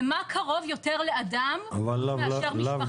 ומה קרוב יותר לאדם חוץ מאשר משפחתו, מביתו?